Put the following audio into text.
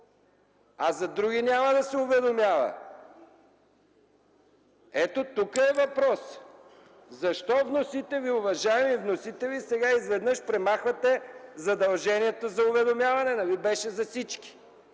а за други няма да се уведомява? Ето, тук е въпросът. Уважаеми вносители, защо сега изведнъж премахвате задължението за уведомяване? Нали беше за всички?